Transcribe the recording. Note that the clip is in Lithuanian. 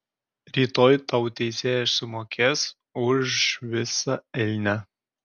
rytoj tau teisėjas sumokės už visą elnią